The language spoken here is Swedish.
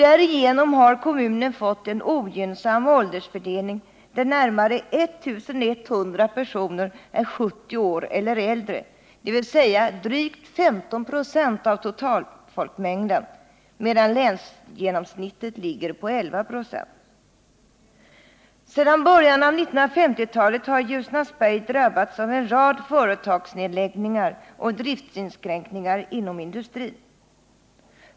Därigenom har kommunen fått en ogynnsam åldersfördelning, där närmare 1 100 personer är 70 år eller äldre, dvs. drygt 15 26 av totalfolkmängden, medan länsgenomsnittet ligger på 11 96. Sedan början av 1950-talet har Ljusnarsberg drabbats av en rad företagsnedläggningar och driftinskränkningar inom industrin.